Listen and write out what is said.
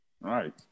Right